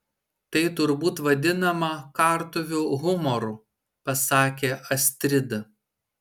tai turbūt vadinama kartuvių humoru pasakė astrida